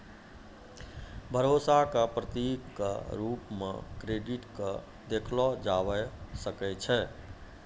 भरोसा क प्रतीक क रूप म क्रेडिट क देखलो जाबअ सकै छै